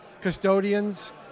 custodians